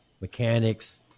mechanics